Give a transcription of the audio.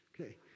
Okay